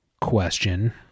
question